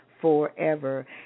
forever